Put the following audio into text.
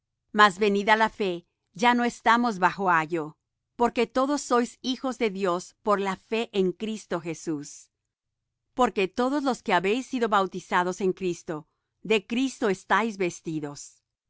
mas venida la fe ya no estamos bajo ayo porque todos sois hijos de dios por la fe en cristo jesús porque todos los que habéis sido bautizados en cristo de cristo estáis vestidos